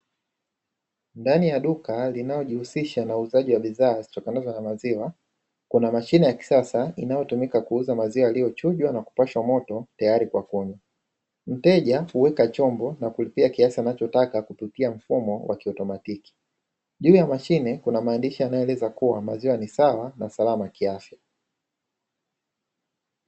Ndani ya duka linalojihusisha na uuzaji wa bidhaaa zitokanazo na maziwa, kuna mashine ya kisasa inayotumika kuuza maziwa yaliyochujwa na kupashwa moto tayari kwa kunywa. Mteja huweka chombo na kulipia kiasi anachotaka kupitia mfumo wa kiautomatiki. Juu ya mashine kuna maandishi yanayoeleza kua maziwa ni sawa na salama kiafya.